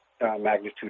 magnitude